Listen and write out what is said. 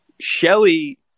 Shelley